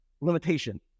limitation